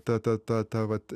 tą tą tą vat